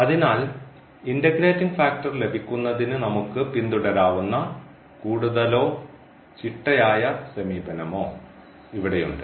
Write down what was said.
അതിനാൽ integrating factor ലഭിക്കുന്നതിന് നമുക്ക് പിന്തുടരാവുന്ന കൂടുതലോ ചിട്ടയായ സമീപനമോ ഇവിടെയുണ്ട്